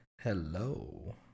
hello